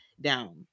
down